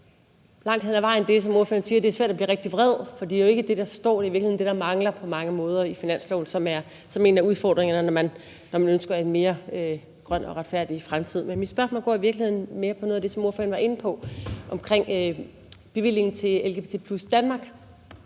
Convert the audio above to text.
ordføreren siger. Det er svært at blive rigtig vred, for det er jo ikke det, der står i forslaget, det handler om. Det er i virkeligheden det, der på mange måder mangler i finanslovsforslaget, som er en af udfordringerne, når man ønsker en mere grøn og retfærdig fremtid. Mit spørgsmål går i virkeligheden mere på noget af det, som ordføreren var inde på, omkring bevillingen til LGBT+ Danmark.